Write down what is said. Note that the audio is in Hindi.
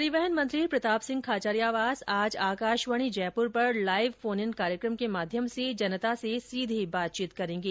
परिवहन मंत्री प्रतापसिंह खाचरियावास आज आकाशवाणी जयपुर पर लाईव फोन इन कार्यकम के माध्यम से जनता से सीधे बातचीत करेंगे